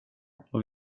och